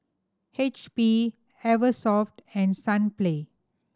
H P Eversoft and Sunplay